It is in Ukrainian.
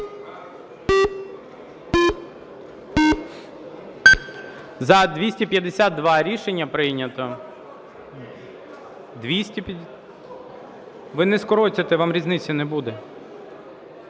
За-252 Рішення прийнято. Ви не скоротите, вам різниці не буде.